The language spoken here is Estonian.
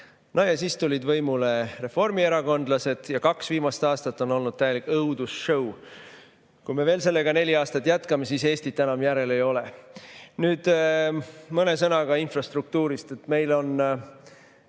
Ja siis tulid võimule reformierakondlased, mistõttu kaks viimast aastat on olnud täielik õudussõu. Kui me sellega veel neli aastat jätkame, siis Eestit enam järel ei ole. Nüüd mõne sõnaga infrastruktuurist. Meil on